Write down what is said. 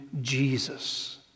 Jesus